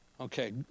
Okay